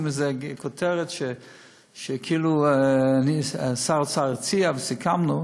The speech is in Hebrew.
מזה כותרת שכאילו שר האוצר הציע וסיכמנו.